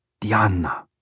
Diana